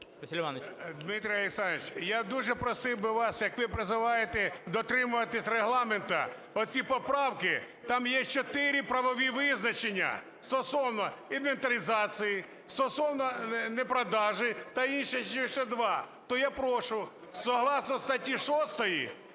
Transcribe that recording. Дмитро Олександрович, я дуже просив би вас як ви призиваєте дотримуватись Регламенту, оці поправки, там є 4 правові визначення стосовно інвентаризації, стосовно непродажу та інше, ще 2. То я прошу согласно статті 6,